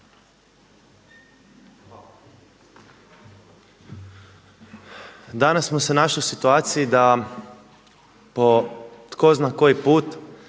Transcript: Hvala